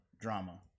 drama